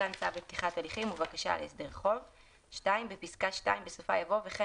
מתן צו לפתיחת הליכים ובקשה להסדר חוב,"; בפסקה (2) בסופה יבוא "וכן